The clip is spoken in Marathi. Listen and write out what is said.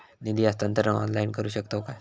निधी हस्तांतरण ऑनलाइन करू शकतव काय?